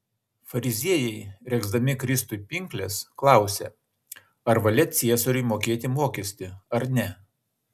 fariziejai regzdami kristui pinkles klausė ar valia ciesoriui mokėti mokestį ar ne